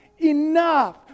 enough